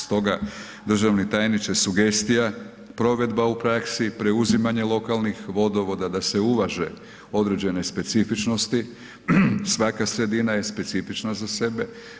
Stoga, državni tajniče sugestija, provedba u praksi, preuzimanje lokalnih vodovoda da se uvaže određene specifičnosti, svaka sredina je specifična za sebe.